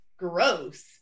Gross